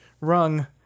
rung